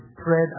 spread